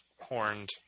horned